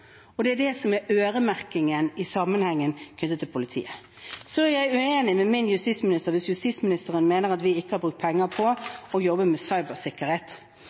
og det er det som er øremerkingen i denne sammenheng knyttet til politiet. Så er jeg uenig med min justisminister hvis justisministeren mener at vi ikke har brukt penger på å jobbe med cybersikkerhet – eller brukt ressurser på å jobbe med cybersikkerhet.